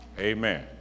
amen